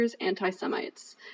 anti-Semites